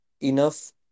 enough